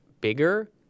bigger